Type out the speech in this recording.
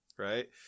Right